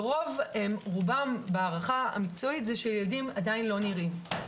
ורובם בהערכה המקצועית זה שילדים עדיין לא נראים.